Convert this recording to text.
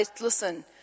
listen